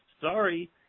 sorry